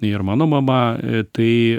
ir mano mama tai